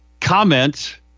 comment